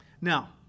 Now